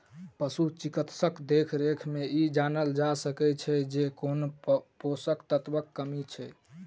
पशु चिकित्सकक देखरेख मे ई जानल जा सकैत छै जे कोन पोषण तत्वक कमी छै